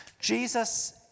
Jesus